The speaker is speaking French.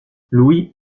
louis